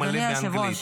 אדוני היושב-ראש,